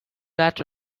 that